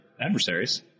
adversaries